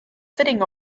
sitting